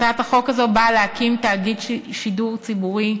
הצעת החוק הזו באה להקים תאגיד שידור ציבורי.